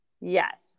Yes